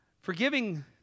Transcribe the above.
forgiving